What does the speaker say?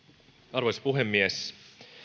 arvoisa puhemies